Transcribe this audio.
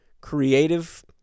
creative